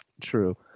true